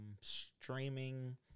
streaming